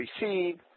receive